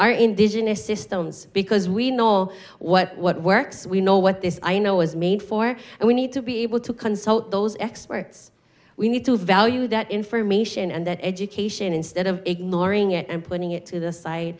our indigenous systems because we know what what works we know what this i know is made for and we need to be able to consult those experts we need to value that information and that education instead of ignoring it and putting it to the si